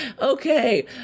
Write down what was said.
Okay